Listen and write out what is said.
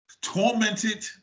tormented